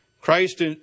Christ